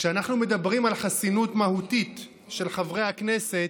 כשאנחנו מדברים על חסינות מהותית של חברי הכנסת,